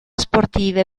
sportive